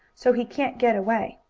so he can't get away.